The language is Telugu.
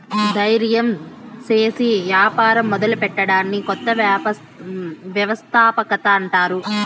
దయిర్యం సేసి యాపారం మొదలెట్టడాన్ని కొత్త వ్యవస్థాపకత అంటారు